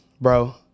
bro